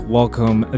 welcome